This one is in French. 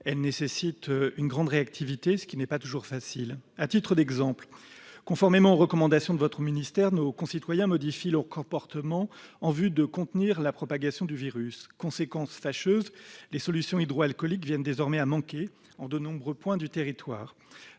Elle nécessite une grande réactivité, ce qui n'est pas toujours facile. À titre d'exemple, monsieur le ministre, conformément aux recommandations de votre ministère, nos concitoyens modifient leurs comportements en vue de contenir la propagation du virus. Conséquence fâcheuse, les solutions hydroalcooliques viennent désormais à manquer en de nombreux points du territoire.